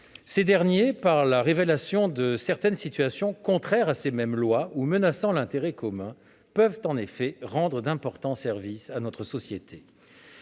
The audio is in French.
Ces derniers, en révélant certaines situations contraires à ces mêmes lois ou menaçant l'intérêt commun, peuvent en effet rendre d'importants services à notre société.